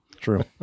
true